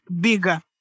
bigger